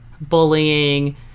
bullying